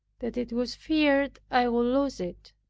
that it was feared i would lose it.